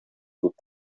булып